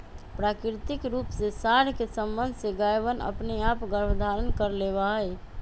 प्राकृतिक रूप से साँड के सबंध से गायवनअपने आप गर्भधारण कर लेवा हई